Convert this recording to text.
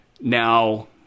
now